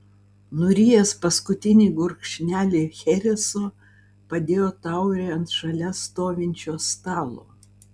nurijęs paskutinį gurkšnelį chereso padėjo taurę ant šalia stovinčio stalo